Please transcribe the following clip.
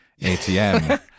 ATM